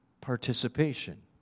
participation